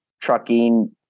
trucking